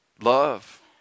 Love